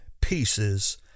pieces